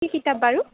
কি কিতাপ বাৰু